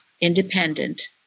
Independent